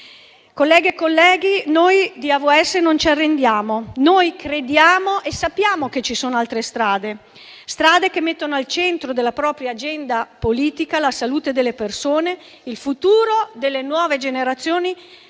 Colleghe e colleghi, noi di AVS non ci arrendiamo: crediamo e sappiamo che ci sono altre strade; che mettano al centro della propria agenda politica la salute delle persone, il futuro delle nuove generazioni,